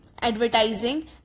advertising